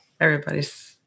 everybody's